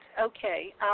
Okay